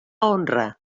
honra